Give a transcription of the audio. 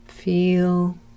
Feel